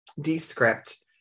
Descript